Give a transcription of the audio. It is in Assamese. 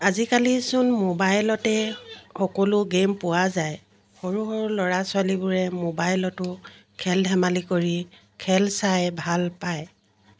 আজিকালিচোন মোবাইলতে সকলো গেম পোৱা যায় সৰু সৰু ল'ৰা ছোৱালীবোৰে মোবাইলতো খেল ধেমালি কৰি খেল চাই ভাল পায়